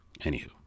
Anywho